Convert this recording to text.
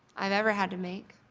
i've ever had to make.